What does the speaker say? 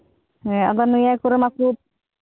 ᱦᱮᱸ ᱟᱫᱚ ᱱᱤᱭᱟᱹ ᱠᱚᱨᱮ ᱢᱟᱠᱚ